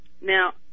Now